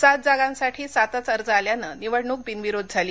सात जागांसाठी सातच अर्ज आल्यानं निवडणूक बिनविरोध झाली